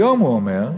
היום, הוא אומר,